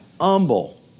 humble